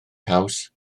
caws